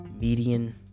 median